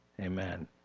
Amen